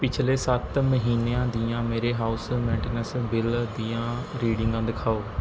ਪਿਛਲੇ ਸੱਤ ਮਹੀਨਿਆਂ ਦੀਆਂ ਮੇਰੇ ਹਾਊਸ ਮੇਨਟੇਨੈਂਸ ਬਿੱਲ ਦੀਆਂ ਰੀਡਿੰਗਾਂ ਦਿਖਾਓ